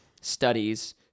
studies